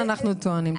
לכן אנחנו טוענים.